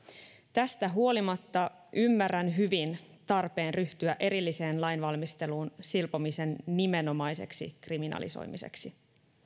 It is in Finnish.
tästä huolimatta ymmärrän hyvin tarpeen ryhtyä erilliseen lainvalmisteluun silpomisen nimenomaiseksi kriminalisoimiseksi